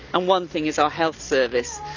and one thing is our health service.